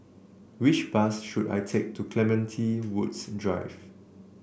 which bus should I take to Clementi Woods Drive